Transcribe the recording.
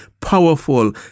powerful